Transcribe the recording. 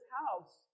house